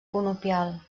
conopial